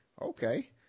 Okay